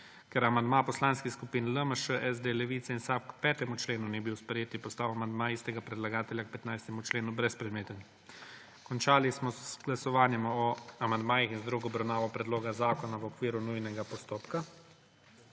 Ker amandma Poslanskih skupin LMŠ, SD, Levica in SAB k 5. členu ni bil sprejet je postal amandma istega predlagatelja k 15. členu brezpredmeten. Končali smo z glasovanjem o amandmajih in z drugo obravnavo predloga zakona v okviru nujnega postopka.